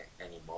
anymore